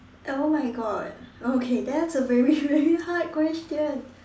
oh my god okay that's a very very hard question